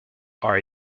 are